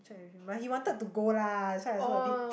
check with him but he wanted to go lah that's why I also a bit